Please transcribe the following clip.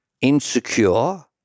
insecure